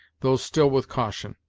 though still with caution.